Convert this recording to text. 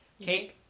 Kate